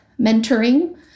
mentoring